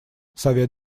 совет